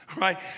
right